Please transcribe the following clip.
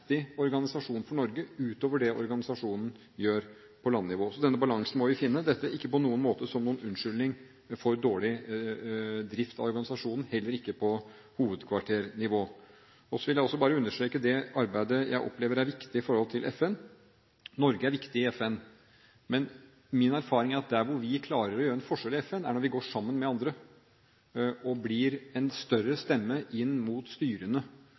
viktig organisasjon for Norge utover det organisasjonen gjør på landnivå. Denne balansen må vi finne. Dette er ikke på noen måte noen unnskyldning for dårlig drift av organisasjonene – heller ikke på hovedkvarternivå. Så vil jeg bare understreke det arbeidet jeg opplever er viktig i forholdet til FN. Norge er viktig i FN. Men min erfaring er at der hvor vi klarer å gjøre en forskjell i FN, er når vi går sammen med andre og blir en større stemme inn mot styrene.